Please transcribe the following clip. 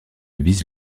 vise